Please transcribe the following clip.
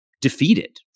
defeated